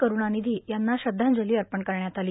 करूणानिधी यांना श्रद्धांजली अर्पण करण्यात आली